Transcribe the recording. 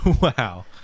Wow